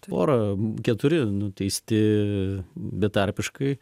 pora keturi nuteisti betarpiškai